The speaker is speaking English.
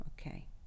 Okay